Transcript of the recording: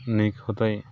नीक होतै